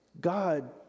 God